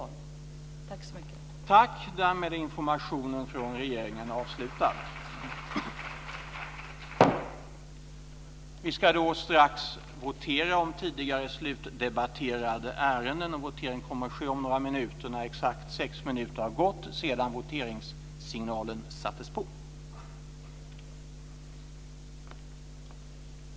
Tack så mycket.